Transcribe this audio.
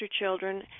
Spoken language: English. children